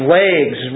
legs